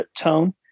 tone